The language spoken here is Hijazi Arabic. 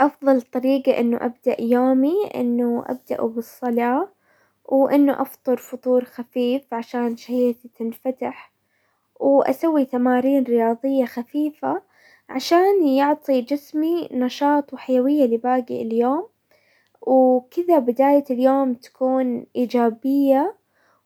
افضل طريقة انه ابدأ يومي انه ابدأوا بالصلاة، وانه افطر فطور خفيف عشان شهيتي تنفتح، واسوي تمارين رياضية خفيفة عشان يعطي جسمي نشاط وحيوية لباقي اليوم، وكذا بداية اليوم تكون ايجابية،